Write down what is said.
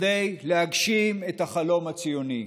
כדי להגשים את החלום הציוני.